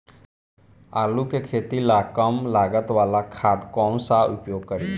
आलू के खेती ला कम लागत वाला खाद कौन सा उपयोग करी?